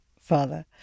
father